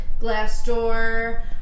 Glassdoor